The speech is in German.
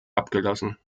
abgelassen